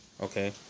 Okay